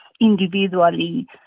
individually